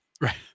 Right